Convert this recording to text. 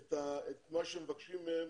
את מה שמבקשים מהם